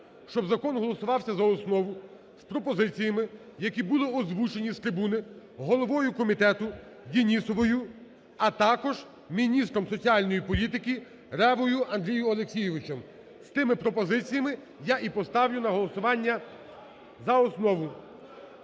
щоб закон голосувався за основу з пропозиціями, які були озвучені з трибуни головою комітету Денісовою, а також міністром соціальної політики Ревою Андрієм Олексійовичем. З тими пропозиціями я і поставлю на голосування за основу.